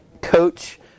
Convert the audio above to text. coach